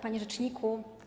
Panie Rzeczniku!